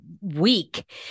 week